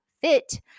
Fit